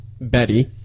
Betty